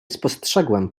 spostrzegłem